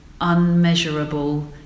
unmeasurable